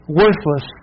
worthless